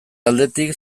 aldetik